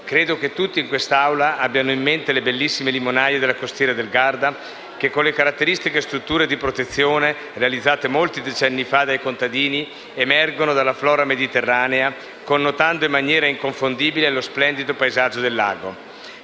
Credo che tutti in quest'Aula abbiano in mente le bellissime limonaie della costiera del Garda, che, con le caratteristiche strutture di protezione realizzate molti decenni fa dai contadini, emergono dalla flora mediterranea, connotando in maniera inconfondibile lo splendido paesaggio del lago.